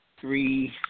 three